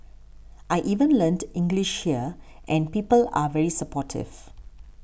I even learnt English here and people are very supportive